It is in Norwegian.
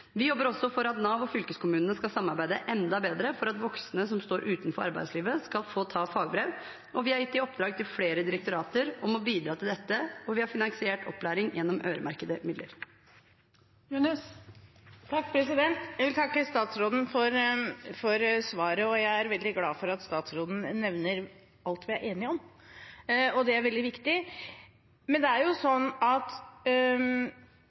Vi jobber også for at Nav og fylkeskommunene skal samarbeide enda bedre for at voksne som står utenfor arbeidslivet, skal få fagbrev. Vi har gitt i oppdrag til flere direktorater å bidra til dette, og vi har finansiert opplæring gjennom øremerkede midler. Jeg vil takke statsråden for svaret, og jeg er veldig glad for at statsråden nevner alt vi er enige om, det er veldig viktig. I begynnelsen av innlegget nevner statsråden elevene og elevenes behov, det er jo